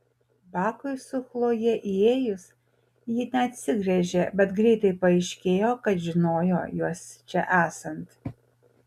bakui su chloje įėjus ji neatsigręžė bet greitai paaiškėjo kad žinojo juos čia esant